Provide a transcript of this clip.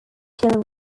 still